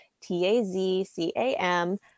T-A-Z-C-A-M